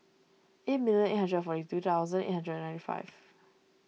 eight million eight hundred and forty two thousand eight hundred and ninety five